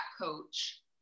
coach